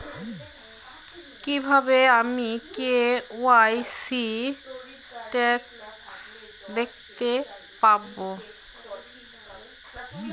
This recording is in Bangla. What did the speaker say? কিভাবে আমি কে.ওয়াই.সি স্টেটাস দেখতে পারবো?